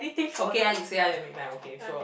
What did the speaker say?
okay ah you say ah you make my okay sure